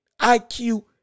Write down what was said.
IQ